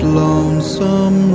lonesome